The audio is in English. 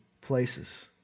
places